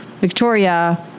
Victoria